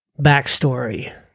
Backstory